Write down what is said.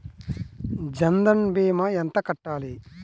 జన్ధన్ భీమా ఎంత కట్టాలి?